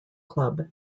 club